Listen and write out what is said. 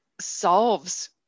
solves